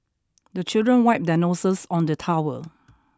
the children wipe their noses on the towel